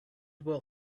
will